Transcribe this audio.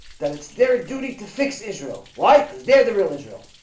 that it's their duty to fix israel why because they're the real israel